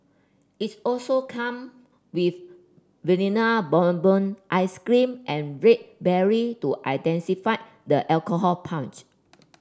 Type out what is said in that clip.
its also come with Vanilla Bourbon ice cream and red berry to intensify the alcohol punch